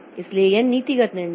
इसलिए यह नीतिगत निर्णय है